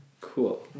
Cool